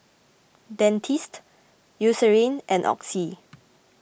Dentiste Eucerin and Oxy